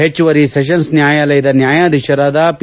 ಹೆಚ್ಚುವರಿ ಸೆಷನ್ಸ್ ನ್ಯಾಯಾಲಯದ ನ್ಯಾಯಾಧೀಶರಾದ ಪಿ